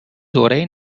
دوره